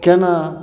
केना